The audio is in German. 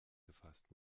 gefasst